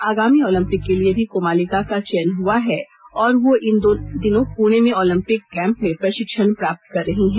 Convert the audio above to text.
आगामी ओलिंपिक के लिये भी कोमालिका का चयन हुआ है और वह इन दिनों पुणे में ओलिंपिक कैंप में प्रशिक्षण प्राप्त कर रही है